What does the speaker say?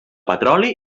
petroli